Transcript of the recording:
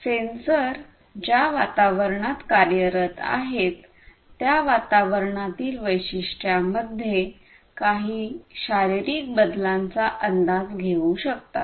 sensor ज्या वातावरणात कार्यरत आहेत त्या वातावरणातील वैशिष्ट्यांमध्ये काही शारीरिक बदलांचा अंदाज घेऊ शकतात